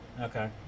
Okay